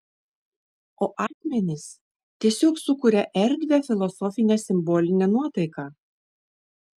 o akmenys tiesiog sukuria erdvią filosofinę simbolinę nuotaiką